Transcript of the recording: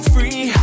free